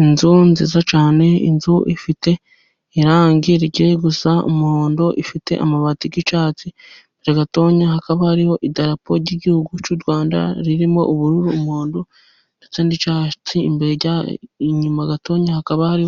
Inzu nziza cyane, inzu ifite irangi rigiye gusa umuhondo, ifite amabati y'icyatsi. Inyuma gato hakaba hariho idarapo ry'igihugu cy'u Rwanda ririmo: ubururu, umuhondo, n'icyatsi. Inyuma gato hakaba hari